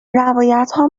روایتها